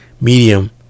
medium